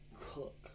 cook